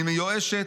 "אני מיואשת,